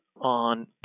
on